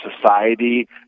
society